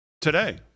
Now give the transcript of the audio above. today